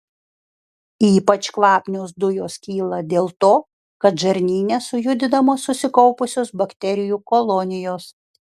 ypač kvapnios dujos kyla dėl to kad žarnyne sujudinamos susikaupusios bakterijų kolonijos